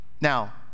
Now